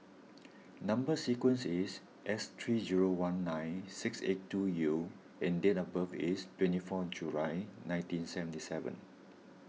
Number Sequence is S three zero one nine six eight two U and date of birth is twenty four July nineteen seventy seven